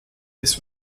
this